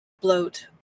bloat